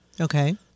Okay